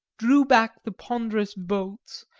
drew back the ponderous bolts,